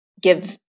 give